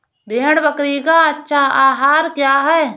भेड़ बकरी का अच्छा आहार क्या है?